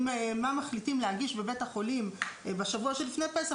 עם מה מחליטים להגיש בבית החולים בשבוע שלפני פסח,